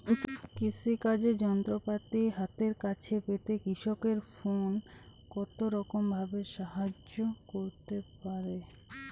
কৃষিকাজের যন্ত্রপাতি হাতের কাছে পেতে কৃষকের ফোন কত রকম ভাবে সাহায্য করতে পারে?